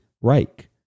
Reich